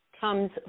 comes